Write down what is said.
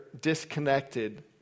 disconnected